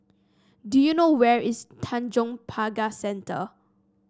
do you know where is Tanjong Pagar Centre